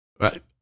Right